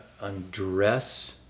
undress